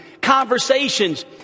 conversations